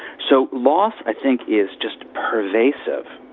so loss, i think, is just pervasive,